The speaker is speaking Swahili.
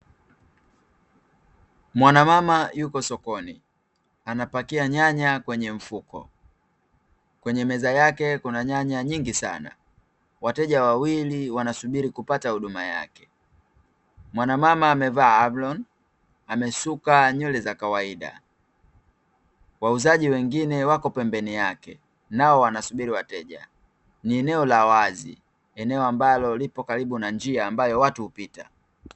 Mwanamama yuko sokoni anapakia nyanya kwenye mfuko. Kwenye meza yake kuna nyanya nyingi sana. Wateja wawili wanasubiri kupata huduma yake. Mwana mama amevaa aproni, amesuka nywele za kawaida. Wauzaji wengine wako pembeni yake nao wanasubiri wateja. Ni eneo la wazi, eneo ambalo lipo karibu na njia ambayo watu hupita.